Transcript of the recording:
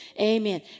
Amen